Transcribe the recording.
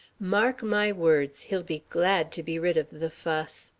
mark my words, he'll be glad to be rid of the fuss.